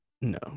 No